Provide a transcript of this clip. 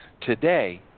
Today